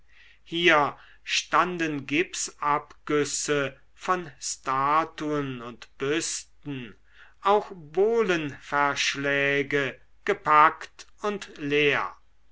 hier standen gipsabgüsse von statuen und büsten auch bohlenverschläge gepackt und leer